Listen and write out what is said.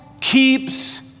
keeps